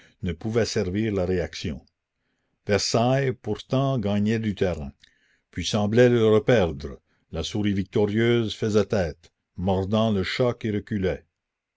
ne pouvait servir la réaction versailles pourtant gagnait du terrain puis semblait le reperdre la souris victorieuse faisait tête mordant le chat qui reculait